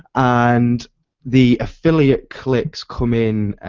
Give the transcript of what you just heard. and the affiliate clicks come in,